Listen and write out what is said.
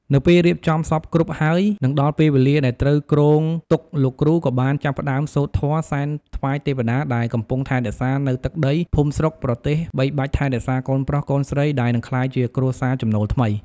នៅពេលរៀបចំសព្វគ្រប់ហើយនិងដល់ពេលវេលាដែលត្រូវគ្រងទុកលោកគ្រូក៏បានចាប់ផ្តើមសូត្រធម៌សែនថ្វាយទេវតាដែលកំពុងថែរក្សានៅទឹកដី ភូមិស្រុក ប្រទេស បីបាច់ថែរក្សាកូនប្រុសកូនស្រីដែលនិងក្លាយជាគ្រួសារចំណូលថ្មី។